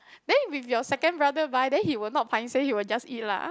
then with your second brother buy then he will not paiseh then he will just eat lah